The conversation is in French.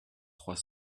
trois